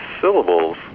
syllables